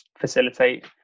facilitate